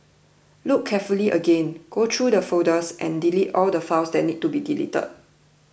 look carefully again go through the folders and delete all the files that need to be deleted